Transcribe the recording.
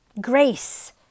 Grace